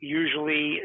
usually